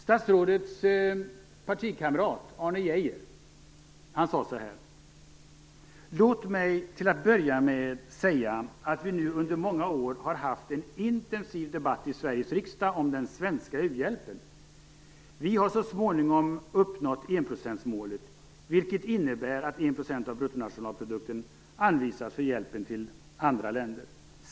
Statsrådets partikamrat, Arne Geijer, sade så här: "Låt mig till att börja med säga att vi nu under många år har haft en intensiv debatt i Sveriges riksdag om den svenska u-hjälpen. Vi har så småningom uppnått enprocentsmålet, vilket innebär att 1 % av bruttonationalprodukten anvisas för hjälpen till andra länder.